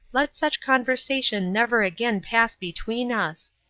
let such conversation never again pass between us.